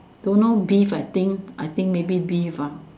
don't know beef I think I think maybe beef uh